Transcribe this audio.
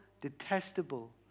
detestable